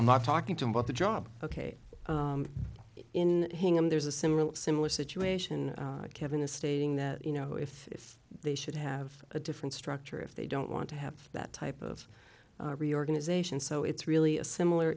i'm not talking to him about the job ok in him there's a similar similar situation kevin is stating that you know if they should have a different structure if they don't want to have that type of reorganization so it's really a similar